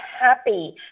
happy